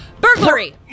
Burglary